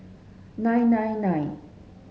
nine nine nine